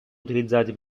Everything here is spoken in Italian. utilizzati